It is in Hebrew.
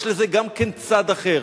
יש לזה גם כן צד אחר.